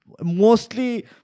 mostly